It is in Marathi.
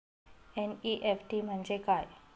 एन.ई.एफ.टी म्हणजे काय?